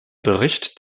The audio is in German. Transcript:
bericht